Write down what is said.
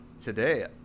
Today